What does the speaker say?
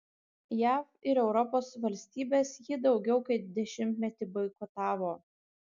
jav ir europos valstybės jį daugiau kaip dešimtmetį boikotavo